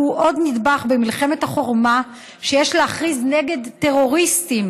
והוא עוד נדבך במלחמת החורמה שיש להכריז נגד טרוריסטים